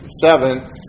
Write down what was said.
Seven